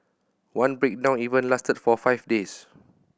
one breakdown even lasted for five days